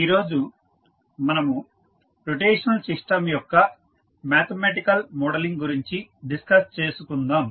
ఈరోజు మనము rotational system యొక్క మ్యాథమెటికల్ మోడలింగ్ గురించి డిస్కస్ చేసుకుందాం